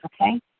Okay